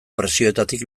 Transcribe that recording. presioetatik